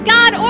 God